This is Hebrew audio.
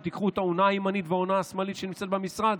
אם תיקחו את האונה הימנית והאונה השמאלית שנמצאות במשרד,